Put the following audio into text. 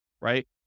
right